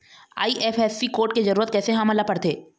IFSC code के जरूरत कैसे हमन ला पड़थे?